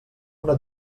una